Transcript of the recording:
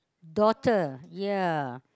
daughter ya